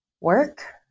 work